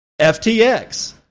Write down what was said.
FTX